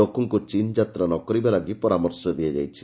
ଲୋକଙ୍କୁ ଚୀନ୍ ଯାତ୍ରା ନ କରିବା ଲାଗି ପରାମର୍ଶ ଦିଆଯାଇଛି